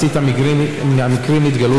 כשמשחיתים מזון זה משחית את הנפש.